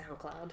SoundCloud